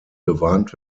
gewarnt